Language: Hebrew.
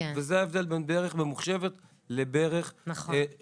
ז ה ההבדל בין ברך ממוחשבת לברך רגילה.